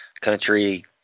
country